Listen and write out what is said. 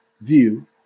view